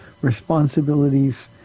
responsibilities